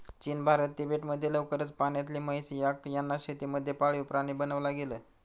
चीन, भारत, तिबेट मध्ये लवकरच पाण्यातली म्हैस, याक यांना शेती मध्ये पाळीव प्राणी बनवला गेल